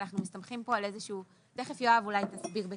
אבל אנחנו מסתמכים פה על איזה שהוא תיכף יואב אולי יסביר בכמה מילים.